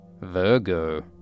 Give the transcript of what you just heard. Virgo